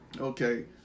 Okay